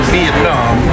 Vietnam